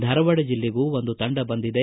ಧಾರವಾಡ ಜಿಲ್ಲೆಗೂ ಒಂದು ತಂಡ ಬಂದಿದೆ